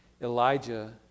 Elijah